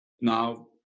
now